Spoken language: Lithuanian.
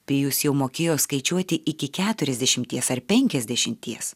pijus jau mokėjo skaičiuoti iki keturiasdešimties ar penkiasdešimties